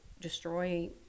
destroy